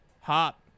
hop